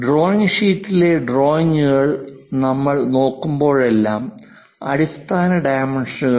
drawing ഷീറ്റുകളിലെ ഡ്രോയിംഗുകൾ നമ്മൾ നോക്കുമ്പോഴെല്ലാം അടിസ്ഥാന ഡൈമെൻഷൻസ്കൾ